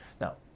Now